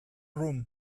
room